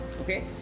okay